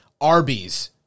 Arby's